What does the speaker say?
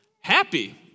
Happy